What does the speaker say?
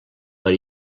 per